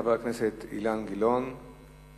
חבר הכנסת אילן גילאון,